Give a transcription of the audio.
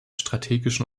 strategischen